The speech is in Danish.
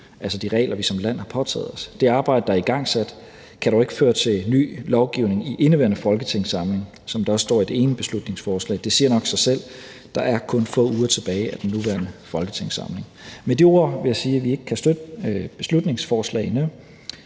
altså de regler, vi som land har påtaget os. Det arbejde, der er igangsat, kan dog ikke føre til ny lovgivning i indeværende folketingssamling, som der står i det ene beslutningsforslag. Det siger nok sig selv: Der er kun få uger tilbage af den nuværende folketingssamling. Med de ord vil jeg sige, at vi ikke kan støtte beslutningsforslagene,